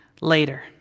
later